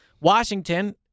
Washington